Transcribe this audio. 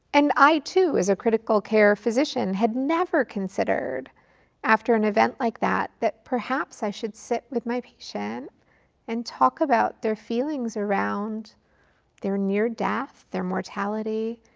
and i too as a critical care physician had never considered after an event like that, that perhaps i should sit with my patient and talk about their feelings around their near death, their mortality,